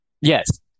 Yes